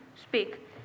speak